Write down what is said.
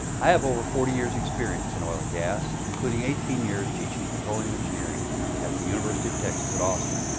i have over forty years experience in oil and gas, including eighteen years teaching petroleum engineering at the university of texas at austin.